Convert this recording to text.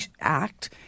act